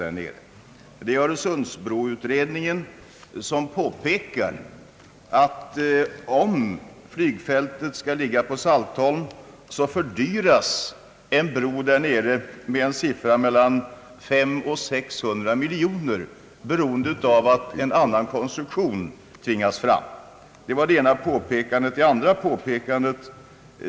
Jag syftar på Öresundsbroutredningen, som påpekar att om flygfältet skall ligga på Saltholm fördyras en bro i det läget med 500 miljoner å 600 miljoner kronor, beroende på att en annan konstruktion tvingas fram. Detta var det ena påpekandet.